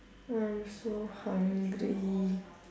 I'm so hungry